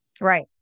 Right